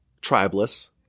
tribeless